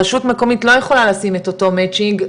רשות מקומות לא יכולה לשים את אותו מצ'ינג,